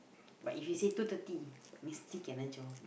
but if you say two thirty means